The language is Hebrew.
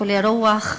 חולי רוח.